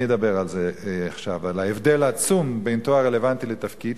אני אדבר עכשיו על ההבדל העצום בין תואר רלוונטי לתפקיד,